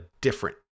different